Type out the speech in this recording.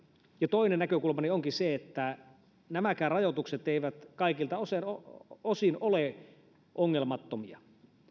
toinen näkökulmani onkin se että nämäkään rajoitukset eivät kaikilta osin osin ole ongelmattomia